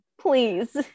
Please